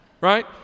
Right